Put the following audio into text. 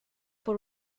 por